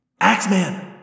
Axeman